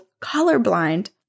colorblind